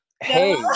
Hey